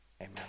amen